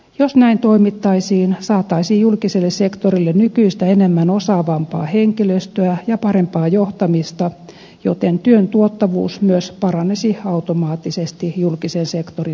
jos näin toimittaisiin saataisiin julkiselle sektorille nykyistä enemmän osaavampaa henkilöstöä ja parempaa johtamista joten työn tuottavuus myös paranisi automaattisesti julkisen sektorin työpaikoissa